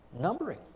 numbering